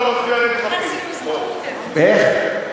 איך?